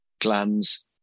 gland's